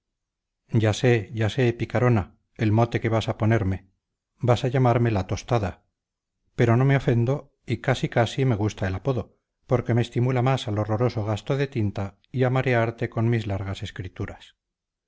ya sé ya sé picarona el mote que vas a ponerme vas a llamarme la tostada pero no me ofendo y casi casi me gusta el apodo porque me estimula más al horroroso gasto de tinta y a marearte con mis largas escrituras